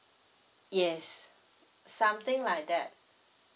yes something like that